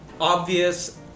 obvious